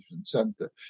center